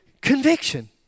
conviction